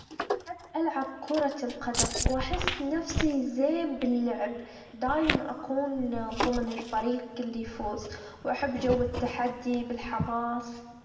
أحب ألعب كورة القدم، وأحس نفسي زين باللعب دايمًا أكون ضمن الفريق اللي يفوز وأحب جو التحدي بالحماس.